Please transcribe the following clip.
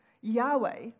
Yahweh